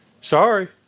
Sorry